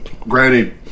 Granny